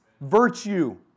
virtue